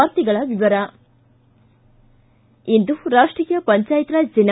ವಾರ್ತೆಗಳ ವಿವರ ಇಂದು ರಾಷ್ಷೀಯ ಪಂಚಾಯತ್ ರಾಜ್ ದಿನ